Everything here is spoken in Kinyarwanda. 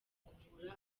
kuvura